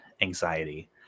anxiety